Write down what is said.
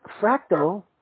fractal